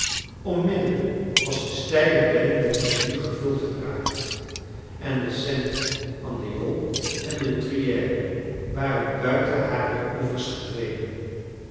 onmiddellijk was de steile bedding der rivier gevuld geraakt en de saint andéol en de truyère waren buiten hare oevers getreden